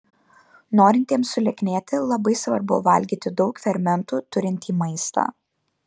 norintiems sulieknėti labai svarbu valgyti daug fermentų turintį maistą